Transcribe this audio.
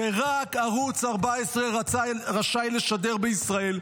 שרק ערוץ 14 רשאי לשדר בישראל.